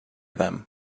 them